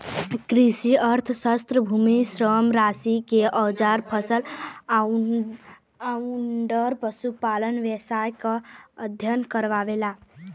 कृषि अर्थशास्त्र भूमि, श्रम, कृषि के औजार फसल आउर पशुपालन व्यवसाय क अध्ययन करला